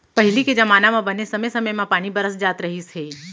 पहिली के जमाना म बने समे समे म पानी बरस जात रहिस हे